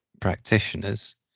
practitioners